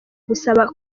gusaba